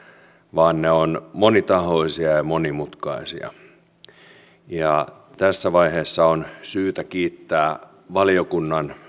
vaan ne ovat monitahoisia ja ja monimutkaisia tässä vaiheessa on syytä kiittää valiokunnan